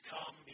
Come